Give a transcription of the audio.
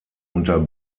unter